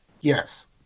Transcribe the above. Yes